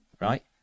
right